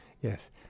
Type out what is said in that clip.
Yes